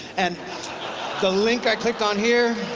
and the link i clicked on here,